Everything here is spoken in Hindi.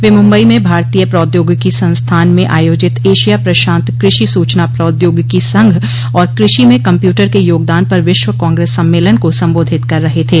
वे मुम्बई में भारतीय प्रौद्योगिकी संस्थान में आयोजित एशिया प्रशान्त कृषि सूचना प्रौद्योगिकी संघ और कृषि में कम्पयूटर के यागदान पर विश्व कांग्रेस सम्मेलन को सम्बोधित कर रहे थे